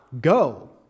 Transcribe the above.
go